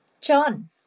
John